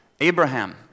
Abraham